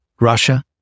Russia